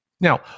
Now